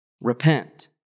Repent